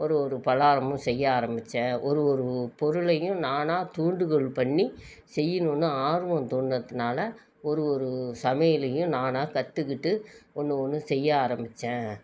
ஒரு ஒரு பலகாரமும் செய்ய ஆரமித்தேன் ஒரு ஒரு பொருளையும் நானாக தூண்டுகோல் பண்ணி செய்யணுனு ஆர்வம் தூண்டினதுனால ஒரு ஒரு சமையலையும் நானாக கற்றுக்கிட்டு ஒன்றும் ஒன்றும் செய்ய ஆரமித்தேன்